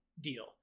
deal